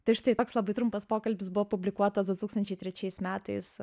tik štai toks labai trumpas pokalbis buvo publikuotas du tūkstančiai trečiais metais